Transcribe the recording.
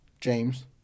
James